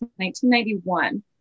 1991